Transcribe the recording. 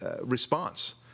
response